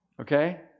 Okay